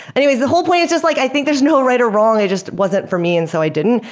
anyways, the whole point is just like i think there's no right or wrong. it just wasn't for me, and so i didn't,